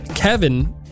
Kevin